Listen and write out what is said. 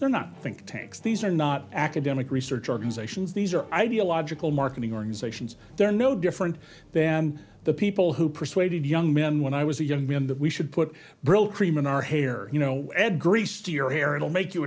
they're not think tanks these are not academic research organizations these are ideological marketing organizations they're no different then the people who persuaded young men when i was a young man that we should put brylcreem in our hair you know grease to your hair it'll make you